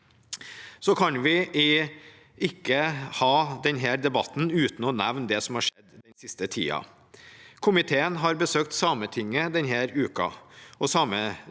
Vi kan ikke ha denne debatten uten å nevne det som har skjedd den siste tiden. Komiteen har besøkt Sametinget denne uken.